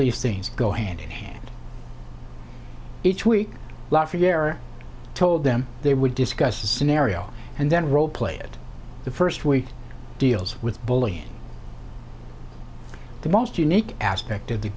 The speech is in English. these things go hand in hand each week lot for you are told them they would discuss the scenario and then role play it the first week deals with bullying the most unique aspect of the